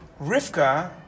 Rivka